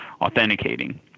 authenticating